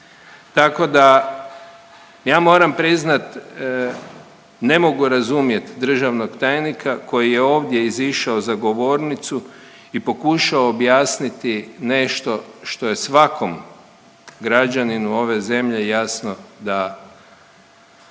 Tako da ja moram priznat ne mogu razumjeti državnog tajnika koji je ovdje izišao za govornicu i pokušao objasniti nešto što je svakom građaninu ove zemlje jasno da